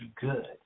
good